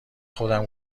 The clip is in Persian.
خودم